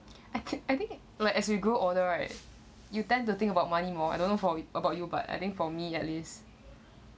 I th~ I think like as we grow older right you tend to think about money more I don't know about you but I think for me at least